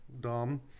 dumb